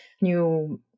new